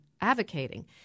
advocating